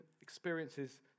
experiences